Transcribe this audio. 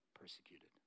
persecuted